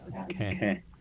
Okay